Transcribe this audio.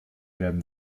werden